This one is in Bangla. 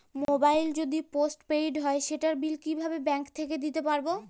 মোবাইল যদি পোসট পেইড হয় সেটার বিল কিভাবে ব্যাংক থেকে দিতে পারব?